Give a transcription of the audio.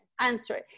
answer